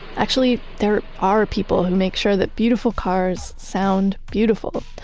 actually, there are people who make sure that beautiful cars sound beautiful,